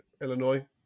Illinois